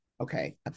okay